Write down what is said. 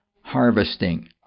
harvesting